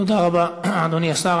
תודה רבה, אדוני השר.